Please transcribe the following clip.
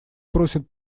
просят